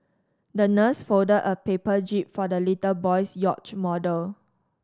the nurse folded a paper jib for the little boy's yacht model